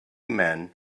men